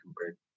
compared